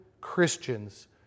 Christians